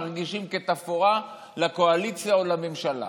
מרגישים כתפאורה לקואליציה ולממשלה.